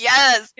Yes